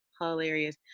hilarious